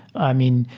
i mean,